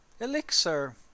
Elixir